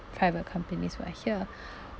private companies who are here